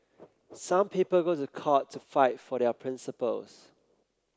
some people go to court to fight for their principles